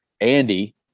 andy